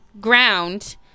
ground